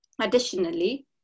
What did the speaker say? Additionally